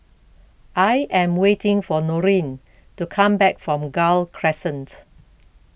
I am waiting for Norine to come back from Gul Crescent